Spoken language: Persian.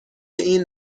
این